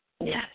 Yes